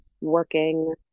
working